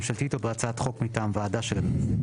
ממשלתית או בהצעת חוק מטעם ועדה של הכנסת'.